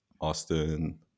Austin